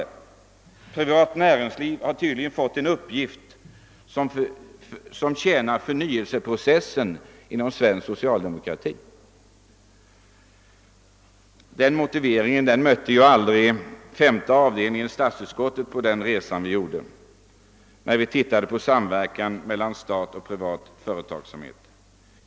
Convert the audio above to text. Det privata näringslivet har tydligen fått i uppgift att tjäna förnyelseprocessen inom svensk socialdemokrati. Den motiveringen mötte aldrig femte avdelningen i statsutskottet på den resa som vi gjorde när vi studerade samverkan mellan stat och privat företagsamhet.